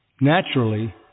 naturally